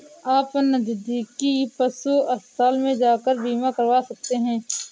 आप नज़दीकी पशु अस्पताल में जाकर बीमा करवा सकते है